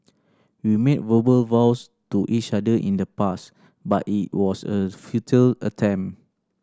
we made verbal vows to each other in the past but it was a futile attempt